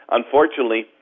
unfortunately